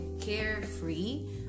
carefree